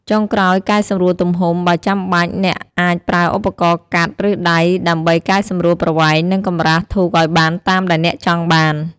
ចុងក្រោយកែសម្រួលទំហំ បើចាំបាច់ អ្នកអាចប្រើឧបករណ៍កាត់ ឬដៃដើម្បីកែសម្រួលប្រវែង និងកម្រាស់ធូបឱ្យបានតាមដែលអ្នកចង់បាន។